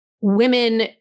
women